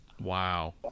Wow